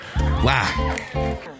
Wow